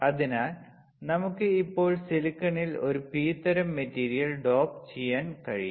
അതിനാൽ നമുക്ക് ഇപ്പോൾ ഈ സിലിക്കണിൽ ഒരു പി തരം മെറ്റീരിയൽ ഡോപ്പ് ചെയ്യാൻ കഴിയും